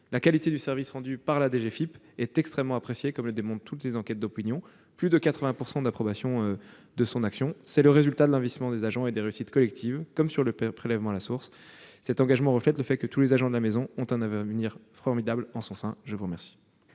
La qualité du service rendu par la DGFiP est extrêmement appréciée, comme le démontrent toutes les enquêtes d'opinion- plus de 80 % d'approbation de son action. C'est le résultat de l'investissement des agents et des réussites collectives- comme sur le prélèvement à la source. Cet engagement reflète le fait que tous les agents de la maison ont un avenir formidable en son sein. Monsieur le